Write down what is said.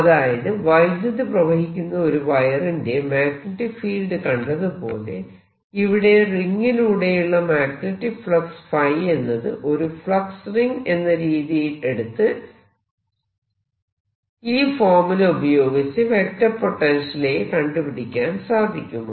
അതായത് വൈദ്യുതി പ്രവഹിക്കുന്ന ഒരു വയറിന്റെ മാഗ്നെറ്റിക് ഫീൽഡ് കണ്ടതുപോലെ ഇവിടെ റിംഗിലൂടെയുള്ള മാഗ്നെറ്റിക് ഫ്ളക്സ് Φ എന്നത് ഒരു ഫ്ലക്സ് റിംഗ് എന്ന രീതിയിൽ എടുത്ത് ഈ ഫോർമുല ഉപയോഗിച്ച് വെക്റ്റർ പൊട്ടൻഷ്യൽ A കണ്ടുപിടിക്കാൻ സാധിക്കുമോ